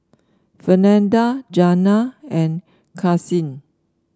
Fernanda Jana and Karsyn